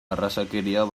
arrazakeria